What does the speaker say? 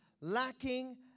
lacking